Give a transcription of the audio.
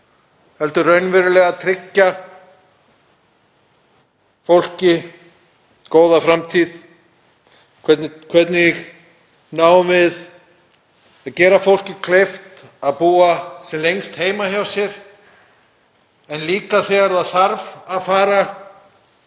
heldur þarf raunverulega að tryggja fólki góða framtíð. Hvernig náum við að gera fólki kleift að búa sem lengst heima hjá sér? En þegar fólk þarf að fara